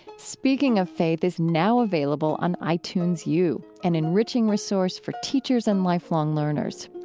speaking of faith is now available on itunes u, an enriching resource for teachers and lifelong learners.